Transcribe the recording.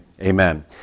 amen